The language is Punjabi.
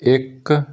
ਇੱਕ